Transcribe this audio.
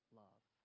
love